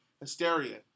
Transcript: hysteria